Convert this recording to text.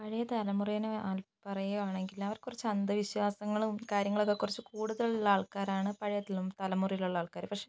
പഴയ തലമുറെനേ പറയുവാണെങ്കിൽ അവർക്ക് കുറച്ച് അന്ധവിശ്വാസങ്ങളും കാര്യങ്ങളൊക്കെ കുറച്ച് കൂടുതലുള്ള ആൾക്കാരാണ് പഴയ തലമുറയിലുള്ള ആൾക്കാർ പക്ഷെ